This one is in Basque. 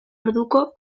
orduko